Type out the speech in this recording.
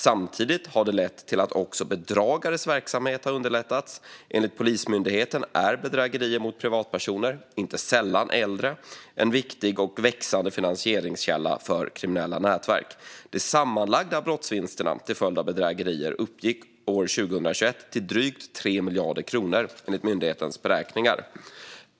Samtidigt har detta lett till att också bedragares verksamhet har underlättats. Enligt Polismyndigheten är bedrägerier mot privatpersoner, inte sällan äldre, en viktig och växande finansieringskälla för kriminella nätverk. De sammanlagda brottsvinsterna till följd av bedrägerier uppgick 2021 till drygt 3 miljarder kronor, enligt myndighetens beräkningar.